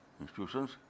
institutions